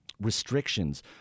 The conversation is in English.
Restrictions